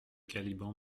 caliban